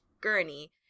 Gurney